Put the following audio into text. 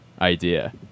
idea